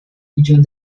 millón